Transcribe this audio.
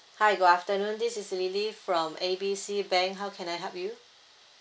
hi good afternoon this is lily from A B C bank how can I help you